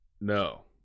no